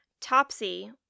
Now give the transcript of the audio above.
Topsy